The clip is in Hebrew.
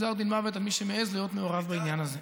גזר דין מוות על מי שמעז להיות מעורב בעניין הזה.